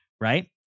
right